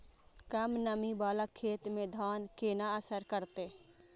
कम नमी वाला खेत में धान केना असर करते?